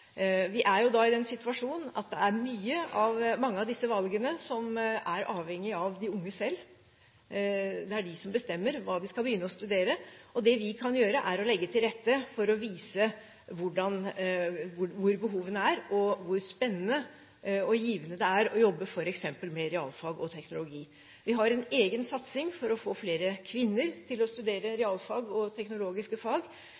Vi er jo i den situasjon at mange av disse valgene er avhengige av de unge selv. Det er de som bestemmer hva de skal begynne å studere. Det vi kan gjøre, er å legge til rette for å vise hvor behovene er, og hvor spennende og givende det er å jobbe med f.eks. realfag og teknologi. Vi har en egen satsing for å få flere kvinner til å studere realfag og teknologiske fag,